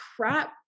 crap